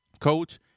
coach